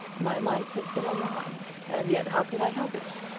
my life has been a lie and yet how could i help it?